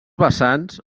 vessants